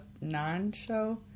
non-show